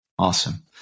Awesome